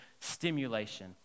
stimulation